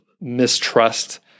mistrust